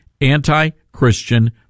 anti-Christian